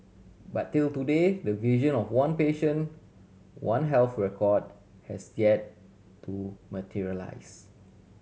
but till today the vision of one patient One Health record has yet to materialise